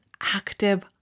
active